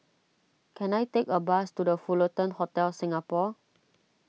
can I take a bus to the Fullerton Hotel Singapore